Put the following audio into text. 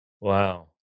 Wow